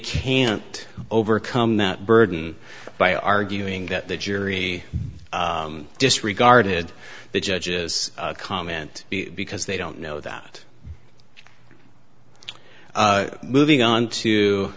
can't overcome that burden by arguing that the jury disregarded the judge's comment because they don't know that moving on to